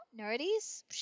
nerdies